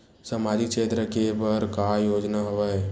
सामाजिक क्षेत्र के बर का का योजना हवय?